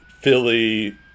Philly